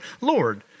Lord